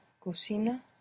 cocina